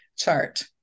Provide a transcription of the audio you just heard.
chart